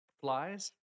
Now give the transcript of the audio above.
Flies